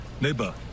Neighbor